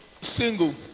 single